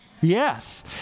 Yes